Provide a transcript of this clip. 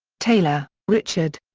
taylor, richard.